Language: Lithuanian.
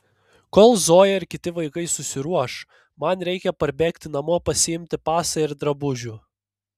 kol zoja ir kiti vaikai susiruoš man reikia parbėgti namo pasiimti pasą ir drabužių